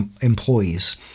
employees